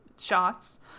shots